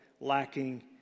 lacking